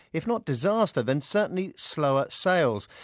if not disaster, than certainly slower sales.